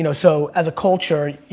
you know so as a culture,